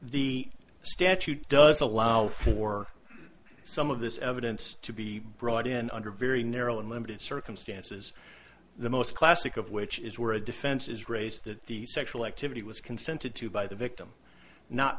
the statute does allow for some of this evidence to be brought in under very narrow and limited circumstances the most classic of which is where a defense is raised that the sexual activity was consented to by the victim not